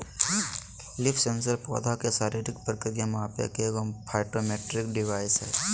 leaf sensor पौधा के शारीरिक प्रक्रिया मापे के एगो फाइटोमेट्रिक डिवाइस हइ